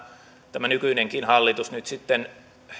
tämä nykyinenkin hallitus nyt sitten